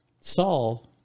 Saul